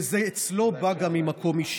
וזה אצלו בא גם ממקום אישי.